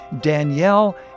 Danielle